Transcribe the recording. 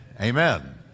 Amen